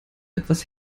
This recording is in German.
etwas